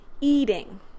eating